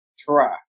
Try